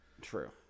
True